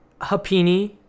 Hapini